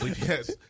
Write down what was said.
Yes